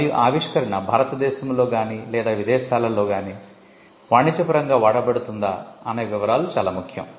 మరియు ఆవిష్కరణ భారత దేశంలో గానీ లేదా విదేశాలలో గానీ వాణిజ్యపరంగా వాడబడిందా అనే వివరాలు చాలా ముఖ్యం